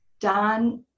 Don